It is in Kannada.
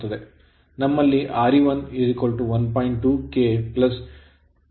ನಮ್ಮಲ್ಲಿ Re1 1